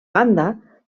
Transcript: banda